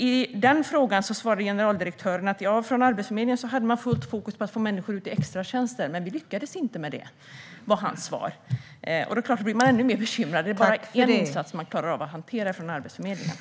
På den frågan svarade generaldirektören att från Arbetsförmedlingen hade man fullt fokus på att få ut människor i extratjänster. Vi lyckades inte med det, var hans svar. Då blir man ännu mer bekymrad. Är det bara en insats som Arbetsförmedlingen klarar av att hantera?